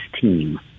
team